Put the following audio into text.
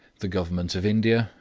the government of india,